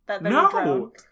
no